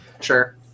Sure